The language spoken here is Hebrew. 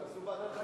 תעשו ועדת חקירה.